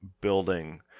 building